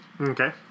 Okay